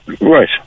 right